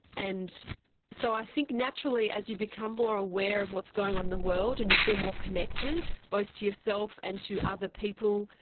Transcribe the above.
and so i think naturally as you become more aware of what's going on in the world and you feel more connected, both to yourself and to other people,